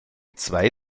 zwei